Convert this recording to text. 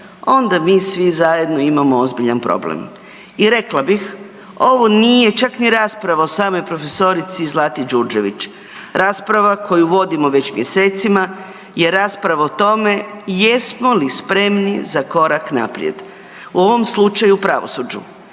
onda mi svi zajedno imamo ozbiljan problem. I rekla bih ovo nije čak ni rasprava o samoj prof. Zlati Đurđević, rasprava koju vodimo već mjesecima i rasprava o tome jesmo li spremni za korak naprijed. U ovom slučaju u pravosuđu